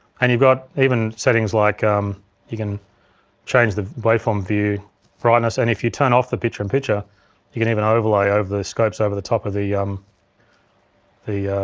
and you've got even settings like um you can change the waveform view brightness and if you turn off the picture-in-picture you can even overlay over these scopes over the top of the um the